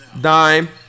Dime